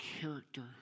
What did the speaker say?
character